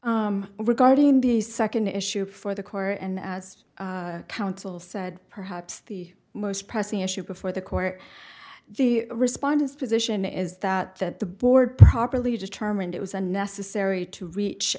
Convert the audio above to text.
you regarding the second issue for the court and as counsel said perhaps the most pressing issue before the court the respondents position is that that the board properly determined it was a necessary to reach